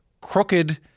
crooked